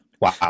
Wow